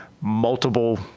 multiple